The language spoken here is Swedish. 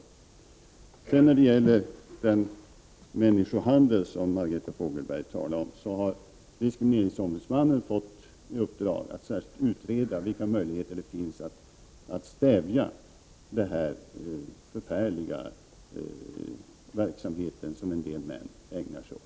När det sedan gäller den människohandel som Margareta Fogelberg talade om har diskrimineringsombudsmannen fått i uppdrag att särskilt utreda vilka möjligheter det finns att stävja den förfärliga verksamhet som en del män ägnar sig åt.